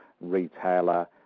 retailer